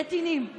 בנתינים הרגילים,